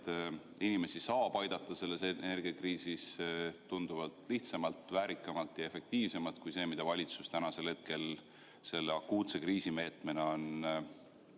et inimesi saab aidata selles energiakriisis tunduvalt lihtsamalt, väärikamalt ja efektiivsemalt kui nii, nagu valitsus tänasel hetkel selle akuutse kriisimeetmena on